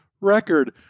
record